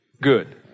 good